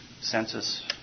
census